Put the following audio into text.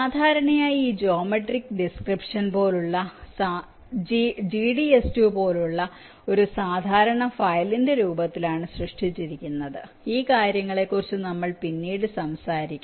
സാധാരണയായി ഈ geometric description GDS2 പോലുള്ള ഒരു സാധാരണ ഫയലിന്റെ രൂപത്തിലാണ് സൃഷ്ടിച്ചിരിക്കുന്നത് ഈ കാര്യങ്ങളെക്കുറിച്ച് നമ്മൾ പിന്നീട് സംസാരിക്കും